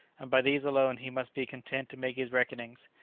and by these alone he must be content to make his reckonings.